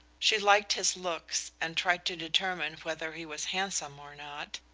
she liked his looks and tried to determine whether he was handsome or not,